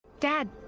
Dad